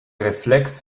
reflex